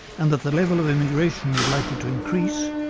and that the level of immigration is likely to increase,